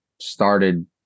started